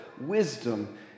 wisdom